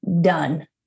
done